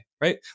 right